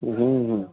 ہوں ہوں ہوں